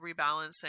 rebalancing